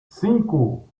cinco